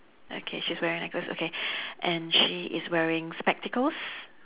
okay she's wearing necklace okay and she is wearing spectacles